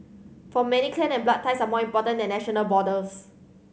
for many clan and blood ties are more important than national borders